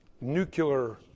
nuclear